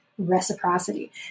reciprocity